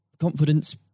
confidence